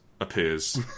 appears